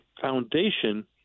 foundation